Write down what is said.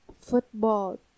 football